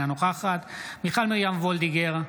אינה נוכחת מיכל מרים וולדיגר,